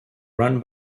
run